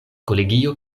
kolegio